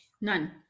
None